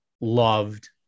loved